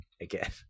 again